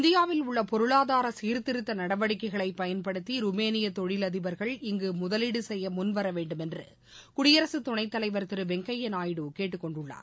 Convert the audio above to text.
இந்தியாவில் உள்ள பொருளாதார சீர்திருத்த நடவடிக்கைகளை பயன்படுத்தி ருமேனிய தொழில் அதிபர்கள் இங்கு முதலீடு செய்ய முன்வர வேண்டுமென்று குடியரசு துணைத் தலைவர் திரு வெங்கய்ய நாயுடு கேட்டுக் கொண்டுள்ளார்